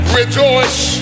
rejoice